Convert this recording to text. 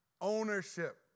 ownership